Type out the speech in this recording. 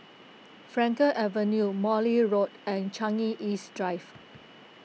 Frankel Avenue Morley Road and Changi East Drive